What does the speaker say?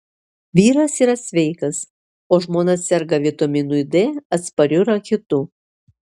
vyras yra sveikas o žmona serga vitaminui d atspariu rachitu